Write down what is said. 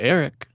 Eric